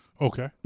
Okay